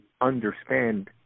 understand